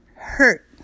hurt